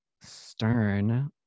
stern